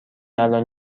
الان